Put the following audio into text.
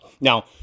Now